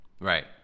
right